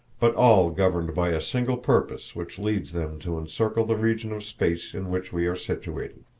but all governed by a single purpose which leads them to encircle the region of space in which we are situated.